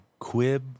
Quib